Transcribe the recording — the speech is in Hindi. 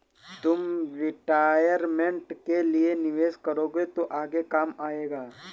तुम रिटायरमेंट के लिए निवेश करोगे तो आगे काम आएगा